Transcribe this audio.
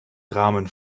rahmen